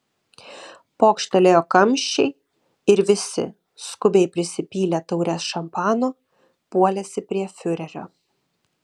pokštelėjo kamščiai ir visi skubiai prisipylę taures šampano puolėsi prie fiurerio